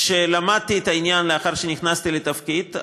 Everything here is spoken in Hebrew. כשלמדתי את העניין לאחר שנכנסתי לתפקיד,